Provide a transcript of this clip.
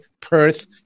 Perth